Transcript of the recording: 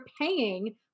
paying